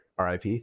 rip